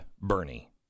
Bernie